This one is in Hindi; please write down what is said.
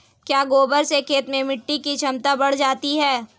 क्या गोबर से खेत में मिटी की क्षमता बढ़ जाती है?